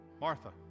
Martha